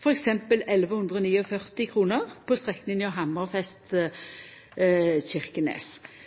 f.eks. 1 149 kr på strekninga Hammerfest–Kirkenes, så her er det noko misvisande ute og